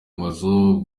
amazu